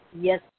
Yes